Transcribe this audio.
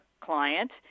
client